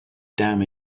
damn